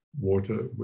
water